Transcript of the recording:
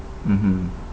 mmhmm